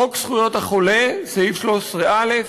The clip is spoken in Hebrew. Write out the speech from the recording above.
חוק זכויות החולה, סעיף 13(א):